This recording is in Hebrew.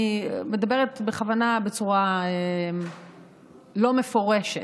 אני מדברת בכוונה בצורה לא מפורשת,